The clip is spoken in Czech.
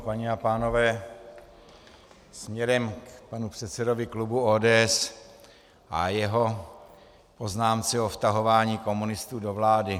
Paní a pánové, směrem k panu předsedovi klubu ODS a jeho poznámce o vtahování komunistů do vlády.